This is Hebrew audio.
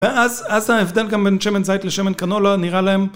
ואז, אז ההבדל גם בין שמן זית לשמן קנולה נראה להם